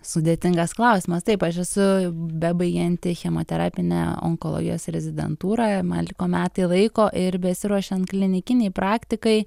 sudėtingas klausimas taip aš esu bebaigianti chemoterapinę onkologijos rezidentūrą man liko metai laiko ir besiruošiant klinikinei praktikai